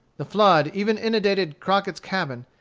the flood even inundated crockett's cabin,